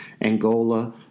Angola